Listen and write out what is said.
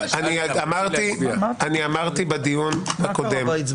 אמרתי בדיון --- מה קרה לך באצבע?